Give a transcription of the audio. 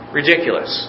ridiculous